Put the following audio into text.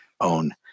own